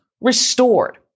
restored